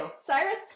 Cyrus